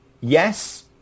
yes